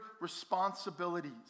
responsibilities